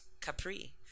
capri